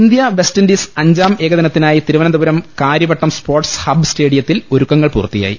India West Indies അഞ്ചാം ഏകദനിത്തിനായി Thiruvananthapuram Karyavattom sports hub സ്റ്റേഡിയത്തിൽ ഒരുക്ക ങ്ങൾ പൂർത്തിയായി